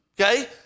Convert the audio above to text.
okay